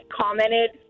commented